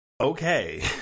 okay